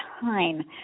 time